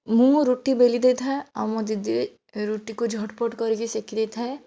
ମୁଁ ରୁଟି ବେଲି ଦେଇଥାଏ ଆଉ ମୋ ଦିଦି ରୁଟିକୁ ଝଟ ପଟ କରିକି ସେକି ଦେଇଥାଏ